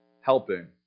helping